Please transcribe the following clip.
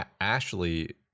Ashley